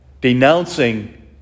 denouncing